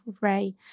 ray